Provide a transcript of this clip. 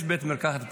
יש בית מרקחת פרטי,